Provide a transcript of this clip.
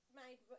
made